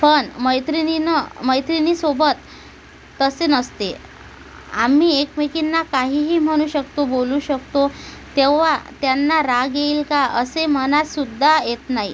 पण मैत्रिणीना मैत्रिणीसोबत तसे नसते आम्ही एकमेकींना काहीही म्हणू शकतो बोलू शकतो तेव्हा त्यांना राग येईल का असे मनातसुद्धा येत नाही